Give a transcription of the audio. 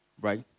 right